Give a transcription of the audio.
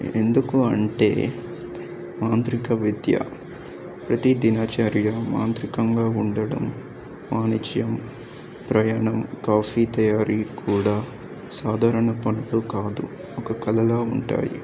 ఎందుకు అంటే మాంత్రిక విద్య ప్రతి దినచర్య మాంత్రికంగా ఉండడం వాణిజ్యం ప్రయాణం కాఫీ తయారీ కూడా సాధారణ పడులు కాదు ఒక కళలా ఉంటాయి